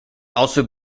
also